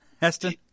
Heston